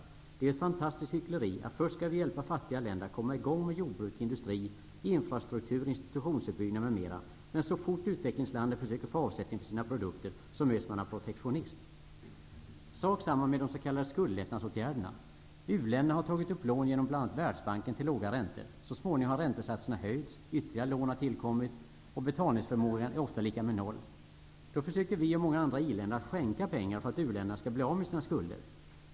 Det är ju ett fantastiskt hyckleri att först skall vi hjälpa fattiga länder att komma i gång med jordbruk, industri, infrastruktur, institutionsuppbyggnad m.m., men så fort utvecklingslandet försöker få avsättning för sina produkter möts man av protektionism. Detsamma gäller de s.k. skuldlättnadsåtgärderna. U-länderna har tagit upp lån genom bl.a. Världsbanken till låga räntor. Så småningom har räntesatserna höjts, ytterligare lån har tillkommit och betalningsförmågan är ofta lika med noll. Då försöker vi och många andra i-länder att skänka pengar för att u-länderna skall bli av med sina skulder.